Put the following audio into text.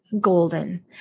golden